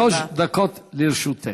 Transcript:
שלוש דקות לרשותך.